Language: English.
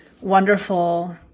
wonderful